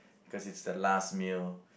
cause it's the last meal